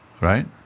right